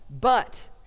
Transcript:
But